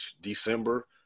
December